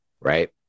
right